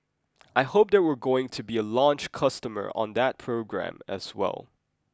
I hope that we're going to be a launch customer on that program as well